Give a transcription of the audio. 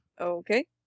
Okay